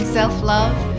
self-love